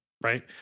right